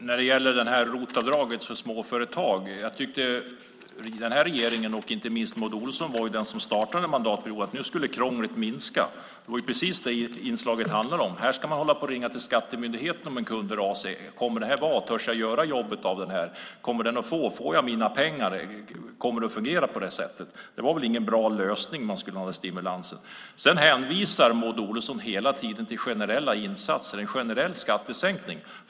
Herr talman! När det gäller ROT-avdraget och småföretag var det ju den här regeringen och inte minst Maud Olofsson som startade mandatperioden med att säga att nu skulle krånglet minska. Det är precis det inlägget handlar om. Här ska man hålla på och ringa till Skattemyndigheten om en kund hör av sig och fråga om avdraget beviljas: Törs jag göra jobbet? Får jag mina pengar? Kommer det att fungera? Det var väl ingen bra lösning om man skulle ge en stimulans! Maud Olofsson hänvisar hela tiden till generella insatser, en generell skattesänkning.